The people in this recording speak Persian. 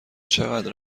چقدر